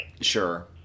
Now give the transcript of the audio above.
Sure